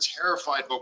terrified